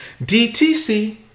DTC